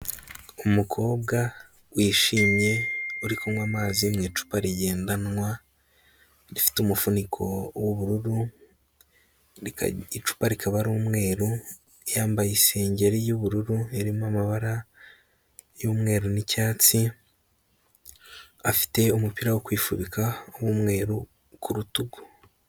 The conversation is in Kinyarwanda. Umukobwa wishimye uri kunywa amazi mu icupa rigendanwa rifite umufuniko w'ubururu, icupa rikaba ari umweru, yambaye isengeri y'ubururu irimo amabara y'umweru n'icyatsi, afite umupira wo kwifubika w'umweru ku rutugu.